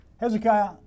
Hezekiah